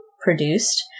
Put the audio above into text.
produced